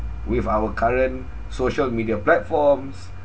with our current social media platforms